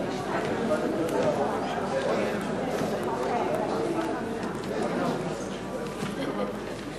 הצעת חוק הרשויות המקומיות (ביטול איחוד המועצות המקומיות